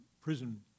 prison